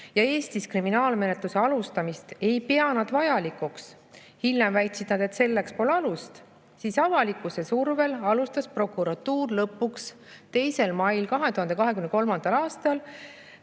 Eestis nad kriminaalmenetluse alustamist ei pea vajalikuks, hiljem väitsid nad, et selleks pole alust, siis avalikkuse survel alustas prokuratuur 2. mail 2023. aastal